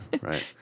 right